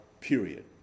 period